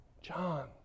John